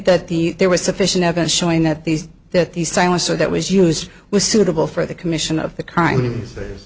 that the there was sufficient evidence showing that these that the silencer that was used was suitable for the commission of the crime